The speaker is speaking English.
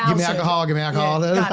yeah me alcohol, give me alcohol.